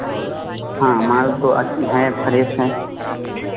हाँ माल तो वह है फ्रेश है